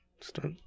start